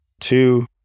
Two